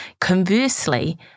Conversely